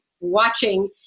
watching